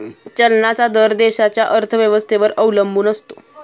चलनाचा दर देशाच्या अर्थव्यवस्थेवर अवलंबून असतो